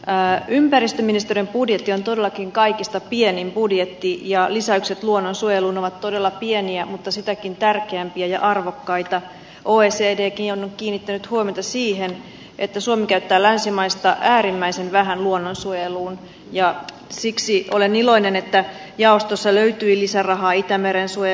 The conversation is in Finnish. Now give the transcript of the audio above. a ympäristöministeriön budjetti on todellakin kaikista pienin budjetti ja lisäykset luonnonsuojeluun ovat todella pieniä mutta sitäkin tärkeämpiä ja arvokkaita kuin seeki on kiinnittänyt huomiota siihen että suomi käyttää länsimaista äärimmäisen vähän luonnonsuojeluun ja siksi olen iloinen että jaostossa löytyi lisärahaa itämeren sue